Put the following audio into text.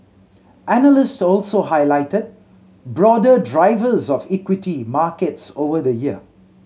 analysts also highlighted broader drivers of equity markets over the year